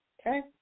Okay